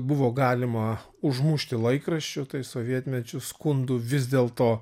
buvo galima užmušti laikraščiu tai sovietmečiu skundų vis dėl to